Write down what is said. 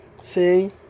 See